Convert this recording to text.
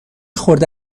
خورده